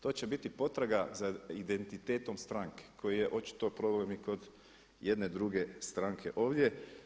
To će biti potraga za identitetom stranke koji je očito problem i kod jedne druge stranke ovdje.